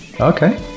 Okay